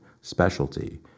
specialty